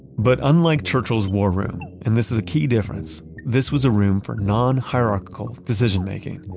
but unlike churchill's war room, and this is a key difference, this was a room for non-hierarchical decision-making.